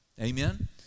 amen